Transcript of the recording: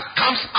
comes